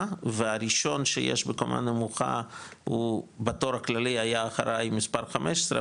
והראשון שיש בקומה נמוכה הוא בתור הכללי היה אחרי מספר 15,